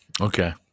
Okay